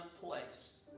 place